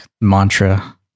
mantra